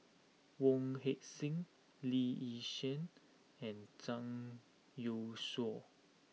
Wong Heck Sing Lee Yi Shyan and Zhang Youshuo